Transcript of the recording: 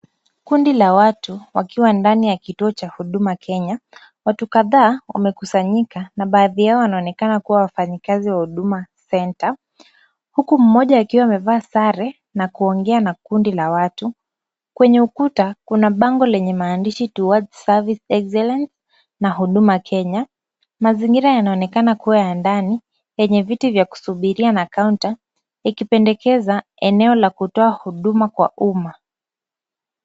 Kundi la watu wakiwa ndani ya kituo cha Huduma Kenya. Watu kadhaa wamekusanyika na baadhi yao wanaonekana kuwa wafanyikazi wa Huduma Center huku mmoja akiwa amevaa sare na kuongea na kundi la watu. Kwenye ukuta kuna bango lenye maandishi Towards Service Excellence na Huduma Kenya. Mazingira yanaonekana kuwa ya ndani yenye viti vya kusubiria na kaunta ikipendekeza eneo la kutoa huduma kwa umma.